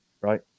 right